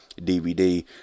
DVD